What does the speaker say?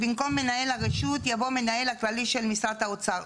במקום מנהל הרשות יבוא מנהל הכללי של משרד האוצר.